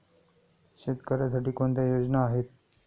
शेतकऱ्यांसाठी कोणत्या योजना आहेत?